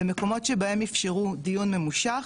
במקומות שבהם אפשרו דיון ממושך,